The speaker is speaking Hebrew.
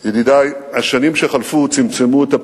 ידידי, השנים שחלפו צמצמו את הפערים,